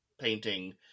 painting